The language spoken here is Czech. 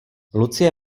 lucie